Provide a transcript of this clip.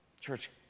Church